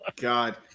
God